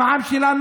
עם העם שלנו,